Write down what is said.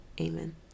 Amen